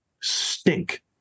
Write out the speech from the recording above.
stink